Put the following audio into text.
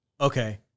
Okay